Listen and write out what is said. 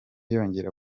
yongera